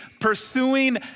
pursuing